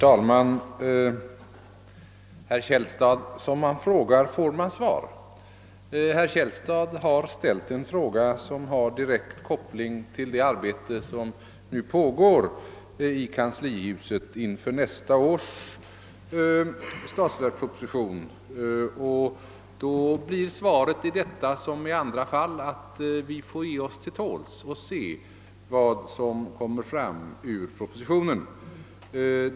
Herr talman! Som man frågar får man svar. Herr Källstad har ställt en fråga som har direkt anknytning till det ar bete som nu pågår i kanslihuset inför nästa års statsverksproposition, och då blir svaret i detta som i andra fall att vi får ge oss till tåls och se vad som kommer fram ur propositionen.